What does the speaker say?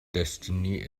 destiny